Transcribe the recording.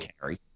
carry